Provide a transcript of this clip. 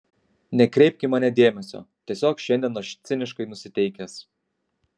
nekreipk į mane dėmesio tiesiog šiandien aš ciniškai nusiteikęs